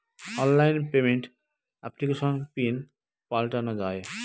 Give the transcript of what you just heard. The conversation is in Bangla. অনলাইন পেমেন্ট এপ্লিকেশনে পিন পাল্টানো যায়